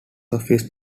his